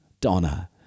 Donna